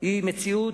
היא מציאות